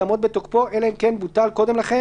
יעמוד בתוקפו אלא אם כן בוטל קודם לכן